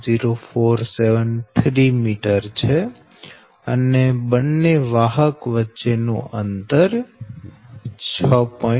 0473 m છે અને બંને વાહક વચ્ચે નું અંતર 6